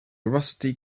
rusty